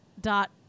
dot